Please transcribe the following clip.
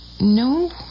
No